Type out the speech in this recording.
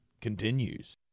continues